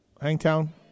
Hangtown